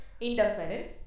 interference